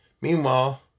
Meanwhile